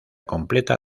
completa